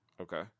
Okay